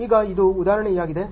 ಈಗ ಇದು ಉದಾಹರಣೆಯಾಗಿದೆ